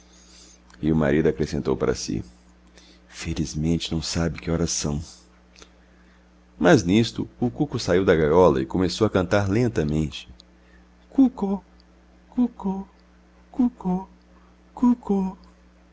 e o marido acrescentou para si felizmente não sabe que horas são mas nisto o cuco saiu da gaiola e começou a cantar lentamente cuco cuco